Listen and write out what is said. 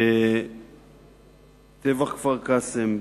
בטבח כפר-קאסם,